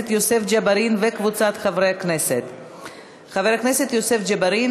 עברה בקריאה טרומית, ועוברת לוועדת העבודה,